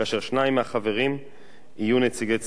ושניים מהחברים יהיו נציגי ציבור.